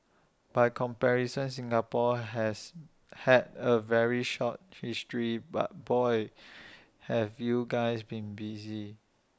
by comparison Singapore has had A very short history but boy have you guys been busy